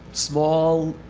small,